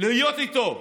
להיות איתו.